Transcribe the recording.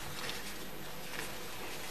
דברים בשפה הפולנית,